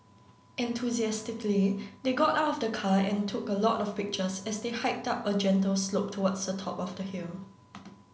enthusiastically they got out of the car and took a lot of pictures as they hiked up a gentle slope towards the top of the hill